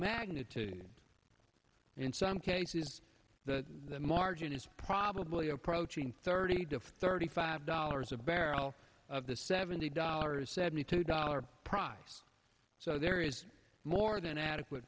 magnitude and in some cases the margin is probably approaching thirty to thirty five dollars a barrel of the seventy dollars seventy two dollars prize so there is more than adequate